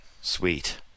Sweet